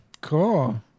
Cool